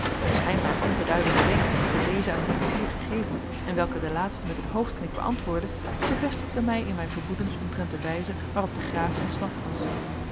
een schijnbaar onbeduidende wenk door dezen aan den koetsier gegeven en welken de laatste met een hoofdknik beantwoordde bevestigde mij in mijn vermoedens omtrent de wijze waarop de graaf ontsnapt was